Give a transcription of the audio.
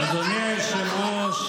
הם לא נותנים לך לדבר.